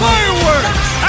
Fireworks